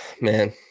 Man